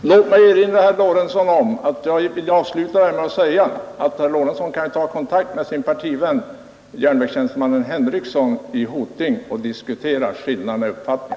Herr talman! Låt mig avsluta denna debatt med att rekommendera herr Lorentzon att ta kontakt med sin partivän järnvägstjänstemannen Henricsson i Hoting och höra hur han ser på saken.